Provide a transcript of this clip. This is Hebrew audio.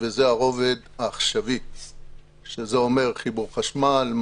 וזה הרובד העכשווי שזה אומר חיבור חשמל,